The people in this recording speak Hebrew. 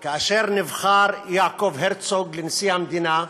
כאשר נבחר יעקב הרצוג לנשיא המדינה,